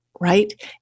right